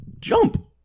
jump